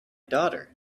daughter